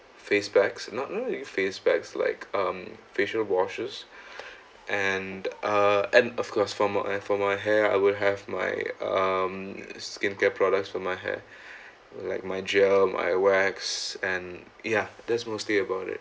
face bags not not really face bags like um facial washes and uh and of course for my for my hair I would have my um skincare products for my hair like my gel my wax and ya that's mostly about it